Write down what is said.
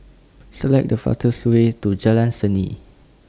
Select The fastest Way to Jalan Seni